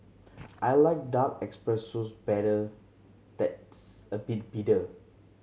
I like dark espressos better that's a bit bitter